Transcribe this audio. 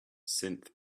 synth